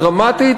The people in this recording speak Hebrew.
הדרמטית,